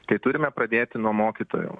tai turime pradėti nuo mokytojų